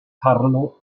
carlo